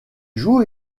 joue